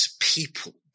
people